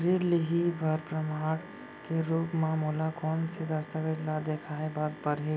ऋण लिहे बर प्रमाण के रूप मा मोला कोन से दस्तावेज ला देखाय बर परही?